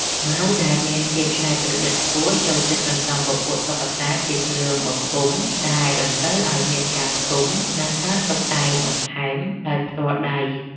មនុស្សដែលមាន ភាពច្នៃប្រឌិតខ្ពស់ចូលចិត្តសន្សំពពួកតុក្កតាជាគ្រឿងបង្គុំដែលតម្រូវឱ្យមានការផ្គុំ និងការតុបតែងបន្ថែមដោយផ្ទាល់ដៃ។